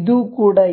ಇದು ಕೂಡ ಇಲ್ಲ